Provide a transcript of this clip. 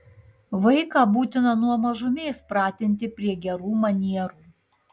vaiką būtina nuo mažumės pratinti prie gerų manierų